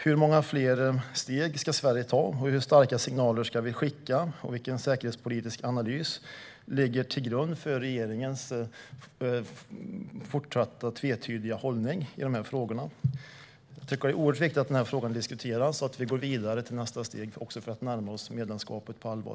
Hur många fler steg ska Sverige ta? Hur starka signaler ska vi skicka? Och vilken säkerhetspolitisk analys ligger till grund för regeringens fortsatt tvetydiga hållning i frågorna? Det är oerhört viktigt att frågan diskuteras så att vi kan gå vidare till nästa steg, också för att närma oss medlemskapet på allvar.